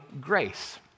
grace